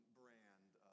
brand